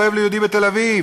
כואב ליהודי בתל-אביב,